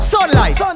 Sunlight